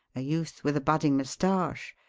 a youth with a budding moustache,